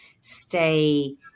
stay